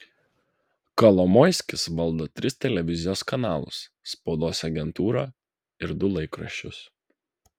kolomoiskis valdo tris televizijos kanalus spaudos agentūrą ir du laikraščius